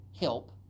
help